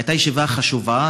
הייתה ישיבה חשובה,